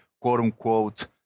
quote-unquote